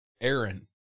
Aaron